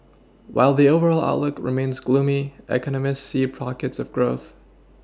while the overall outlook remains gloomy economists see pockets of growth